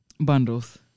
Bundles